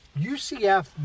UCF